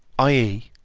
i e,